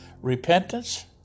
repentance